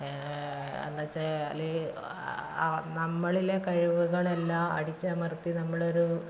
അത് എന്താണ് വെച്ചാൽ നമ്മളിലെ കഴിവുകളെല്ലാം അടിച്ചമർത്തി നമ്മളൊരു